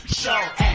show